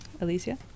Alicia